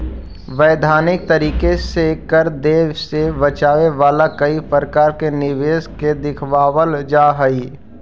वैधानिक तरीके से कर देवे से बचावे वाला कई प्रकार के निवेश के दिखावल जा हई